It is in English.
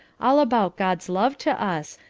all about god's love to us,